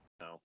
No